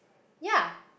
ya